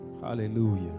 Hallelujah